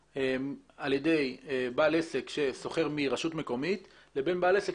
על ידי בעל עסק ששוכר מרשות מקומית לבין בעל עסק